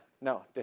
No